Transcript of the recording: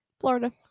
Florida